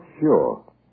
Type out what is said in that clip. sure